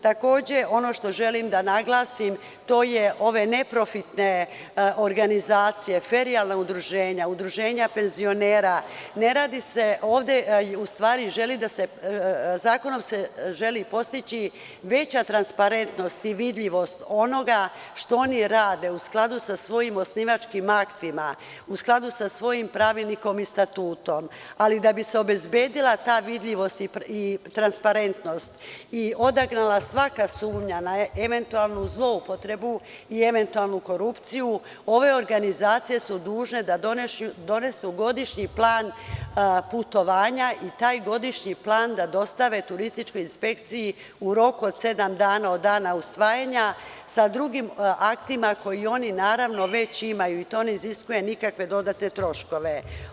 Takođe, ono što želim da naglasim, to je ove neprofitne organizacije, ferijalna udruženja, udruženja penzionera, ne radi se ovde, u stvari zakonom se želi postići veća transparentnost i vidljivost onoga što oni rade u skladu sa svojim osnivačkim aktima, u skladu sa svojim pravilnikom i statutom, ali da bi se obezbedila ta vidljivost i transparentnost i odagnala svaka sumnja na eventualnu zloupotrebu i eventualnu korupciju, ove organizacije su dužne da donesu godišnji plan putovanja i taj godišnji plan da dostave Turističkoj inspekciji u roku od sedam dana od dana usvajanja sa drugim aktima koja oni naravno već imaju i to ne iziskuje nikakve dodatne troškove.